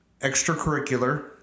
extracurricular